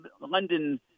London